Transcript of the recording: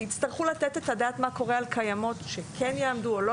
תצטרכו לתת את הדעת מה קורה על קיימות שכן יעמדו או לא